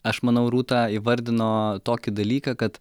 aš manau rūta įvardino tokį dalyką kad